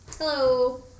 Hello